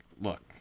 look